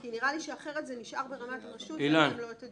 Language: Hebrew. כי נראה לי שאחרת זה נשאר ברמת הרשות ואתם לא תדעו מזה.